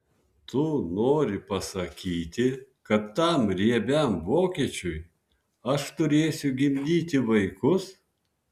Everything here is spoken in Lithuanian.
tu nori pasakyti kad tam riebiam vokiečiui aš turėsiu gimdyti vaikus